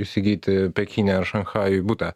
įsigyti pekine šanchajuj butą